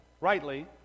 rightly